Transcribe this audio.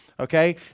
Okay